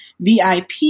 VIP